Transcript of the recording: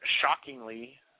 shockingly